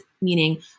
meaning